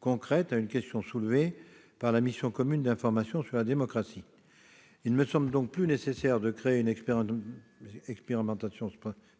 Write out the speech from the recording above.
concrète à une question soulevée par la mission commune d'information sur la démocratie. Il ne me semble donc plus nécessaire d'instaurer une expérimentation